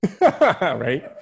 right